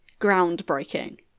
groundbreaking